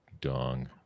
dong